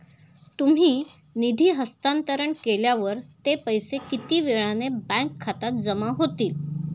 तुम्ही निधी हस्तांतरण केल्यावर ते पैसे किती वेळाने बँक खात्यात जमा होतील?